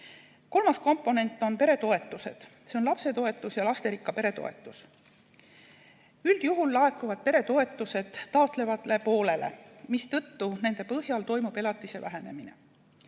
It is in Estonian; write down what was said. Kolmas komponent on peretoetused, need on lapsetoetus ja lasterikka pere toetus. Üldjuhul laekuvad peretoetused taotlevale poolele, mistõttu nende põhjal elatist vähendatakse.